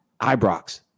Ibrox